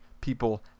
people